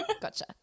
Gotcha